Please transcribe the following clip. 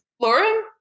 Lauren